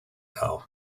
now